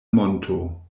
monto